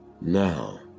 Now